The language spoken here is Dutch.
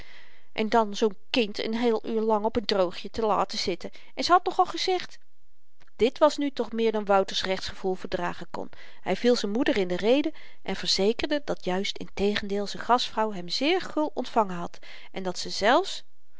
en dan zoo'n kind n heel uur lang op n droogje te laten zitten en ze had nogal gezegd dit was nu toch meer dan wouters rechtsgevoel verdragen kon hy viel z'n moeder in de rede en verzekerde dat juist integendeel z'n gastvrouw hem zeer gul ontvangen had en dat ze zelfs